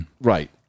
Right